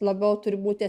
labiau turi būti